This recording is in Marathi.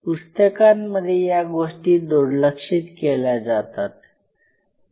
पुस्तकांमध्ये या गोष्टी दुर्लक्षित केल्या जातात